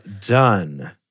done